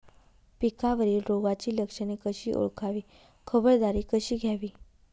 पिकावरील रोगाची लक्षणे कशी ओळखावी, खबरदारी कशी घ्यावी?